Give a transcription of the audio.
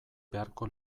beharko